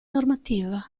normativa